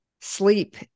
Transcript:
sleep